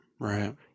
Right